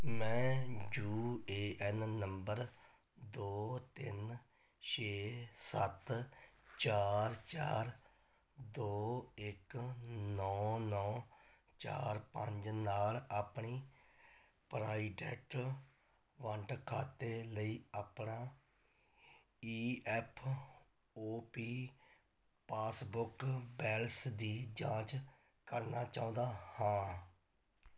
ਮੈਂ U A N number ਦੋ ਤਿੰਨ ਛੇ ਸੱਤ ਚਾਰ ਚਾਰ ਦੋ ਇੱਕ ਨੌਂ ਨੌਂ ਚਾਰ ਪੰਜ ਨਾਲ ਆਪਣੇ ਪੋਰਾਏਡੈਟ ਫੰਡ ਖਾਤੇ ਲਈ ਆਪਣਾ E F O P passbook balance ਦੀ ਜਾਂਚ ਕਰਨਾ ਚਾਹੁੰਦਾ ਹਾਂ